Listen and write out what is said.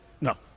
No